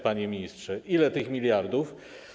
Panie ministrze, no to ile tych miliardów?